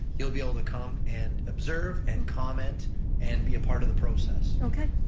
you'll be able to come and observe and comment and be a part of the process. okay,